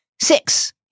Six